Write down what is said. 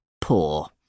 poor